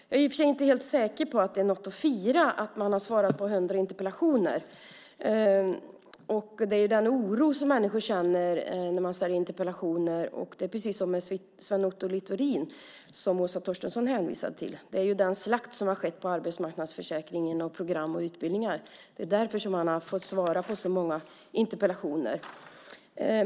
Jag är i och för sig inte helt säker på att det är något fira att man har svarat på 100 interpellationer. Människor ställer interpellationer därför att de känner oro. Åsa Torstensson hänvisade till Sven Otto Littorin, och det är precis samma sak där med den slakt som har skett av arbetsmarknadsförsäkringen, program och utbildningar. Det är därför som han har fått svara på många interpellationer.